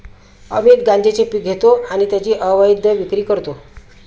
अमित गांजेचे पीक घेतो आणि त्याची अवैध विक्री करतो